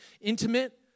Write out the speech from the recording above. intimate